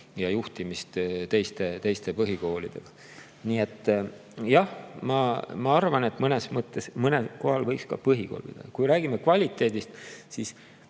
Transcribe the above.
ja juhtimist teiste põhikoolidega. Nii et jah, ma arvan, et mõnes mõttes võiks mõnes kohas ka põhikool olla. Kui räägime kvaliteedist, siis